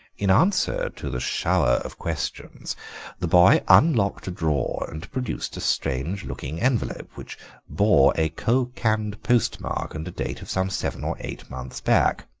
in answer to the shower of questions the boy unlocked a drawer and produced a strange-looking envelope, which bore a khokand postmark, and a date of some seven or eight months back.